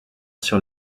sur